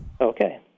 Okay